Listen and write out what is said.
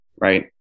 right